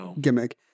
gimmick